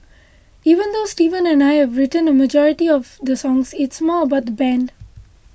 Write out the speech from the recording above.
even though Steven and I have written a majority of the songs it's more about the band